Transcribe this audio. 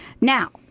Now